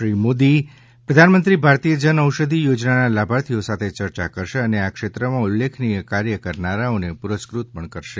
શ્રી મોદી પ્રધાનમંત્રી ભારતીય જન ઔષધિ યોજનાના લાભાર્થીઓ સાથે ચર્ચા કરશે અને આ ક્ષેત્રમાં ઉલ્લેખનીય કાર્ય કરનારાઓને પુરસ્ક઼ત પણ કરશે